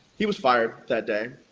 he was fired that day.